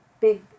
big